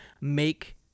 make